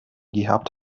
gehabt